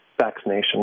vaccination